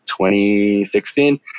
2016